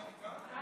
אפשר להצביע מכאן?